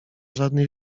żadnej